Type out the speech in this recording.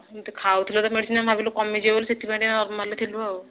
ଏମିତି ଖାଉଥିଲେ ତ ମେଡ଼ିସିନ ଆମେ ଭାବିଲୁ କମି ଯିବ ବୋଲି ସେହିଥିପାଇଁ ଟିକେ ନର୍ମାଲ୍ରେ ଥିଲୁ ଆଉ